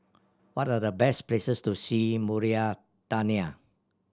what are the best places to see in Mauritania